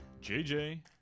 JJ